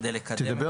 כדי לקדם